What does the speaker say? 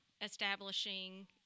establishing